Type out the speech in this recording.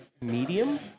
medium